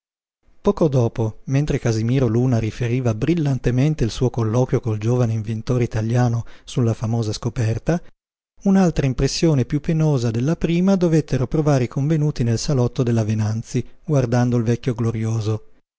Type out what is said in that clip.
poco dopo mentre casimiro luna riferiva brillantemente il suo colloquio col giovine inventore italiano sulla famosa scoperta un'altra impressione piú penosa della prima dovettero provare i convenuti nel salotto della venanzi guardando il vecchio glorioso